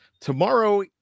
Tomorrow